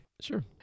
Sure